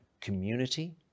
community